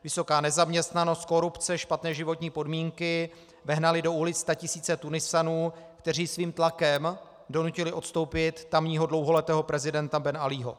Vysoká nezaměstnanost, korupce, špatné životní podmínky vehnaly do ulic statisíce Tunisanů, kteří svým tlakem donutili odstoupit tamního dlouholetého prezidenta bin Alího.